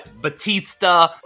batista